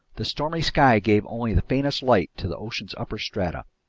the stormy sky gave only the faintest light to the ocean's upper strata.